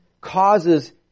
causes